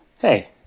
Hey